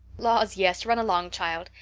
laws, yes, run along, child.